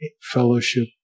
fellowship